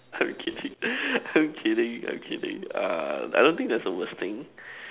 I'm kidding I'm kidding I'm kidding uh I don't think there's a worst thing